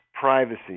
privacy